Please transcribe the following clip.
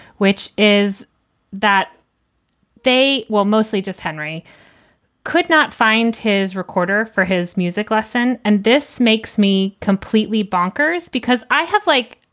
which is that they will mostly just henry could not find his recorder for his music lesson. and this makes me completely bonkers because i have, like,